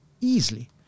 easily